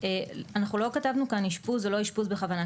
אנחנו לא כתבנו כאן אשפוז או לא אשפוז בכוונה,